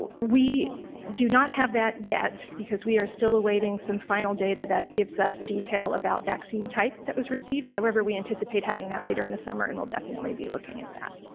we do not have that yet because we are still awaiting some final data that gives us detail about vaccine type that was received, however, we anticipate having that later in the summer and we'll definitely be looking at that.